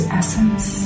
essence